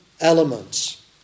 elements